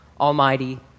almighty